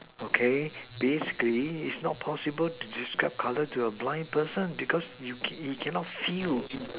okay basically it is not possible to describe colour to a blind person because you you cannot feel